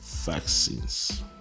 Vaccines